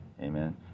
Amen